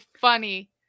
funny